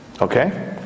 okay